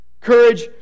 courage